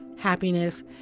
happiness